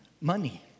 money